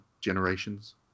generations